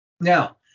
Now